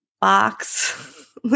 box